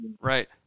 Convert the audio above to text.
Right